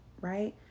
right